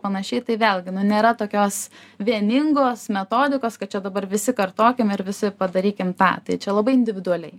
panašiai tai vėlgi nėra tokios vieningos metodikos kad čia dabar visi kartokim ir visi padarykim tą tai čia labai individualiai